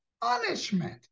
punishment